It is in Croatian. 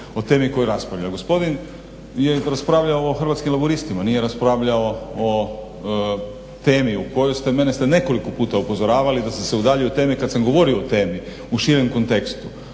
o temi koju raspravlja. Gospodin je raspravljao o Hrvatskim laburistima, nije raspravljao o temi. Mene ste nekoliko puta upozoravali da sam se udaljio od teme kada sam govorio o temi u širem kontekstu.